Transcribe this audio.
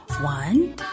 One